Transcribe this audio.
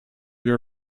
your